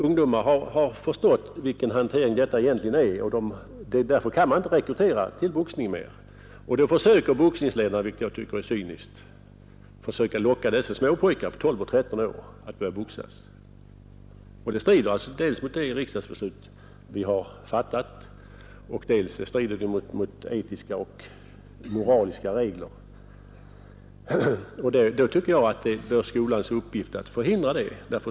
Ungdomar har nu förstått vilken hantering detta är, och därför kan man inte rekrytera längre till boxningen. Då försöker boxningsledare, vilket jag tycker är cyniskt, att locka dessa småpojkar på 12 å 13 år att börja boxas. Detta strider mot det riksdagsbeslut vi har fattat och även mot etiska och moraliska regler. Jag tycker det är skolans uppgift att förhindra detta.